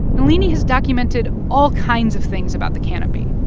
nalini has documented all kinds of things about the canopy.